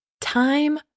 time